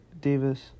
Davis